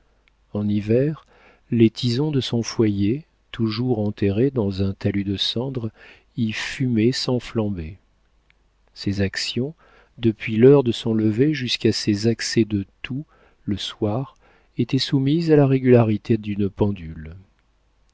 en hiver les tisons de son foyer toujours enterrés dans un talus de cendres y fumaient sans flamber ses actions depuis l'heure de son lever jusqu'à ses accès de toux le soir étaient soumises à la régularité d'une pendule